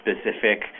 specific